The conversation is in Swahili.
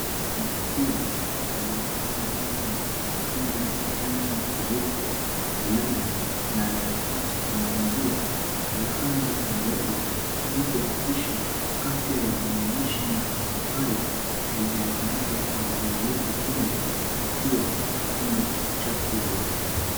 Mtu huyu aliyevaa mavazi ya kujikinga ya rangi nyeupe, glavu na ana kifaa cha kunyunyizia. Anafanya mambo yale ili kuhakikisha afya ya wanaoishi mahali pale haijaadhirika kwa njia yoyote ile kwa kua hakuna uchafu wowote.